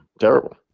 Terrible